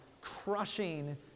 crushing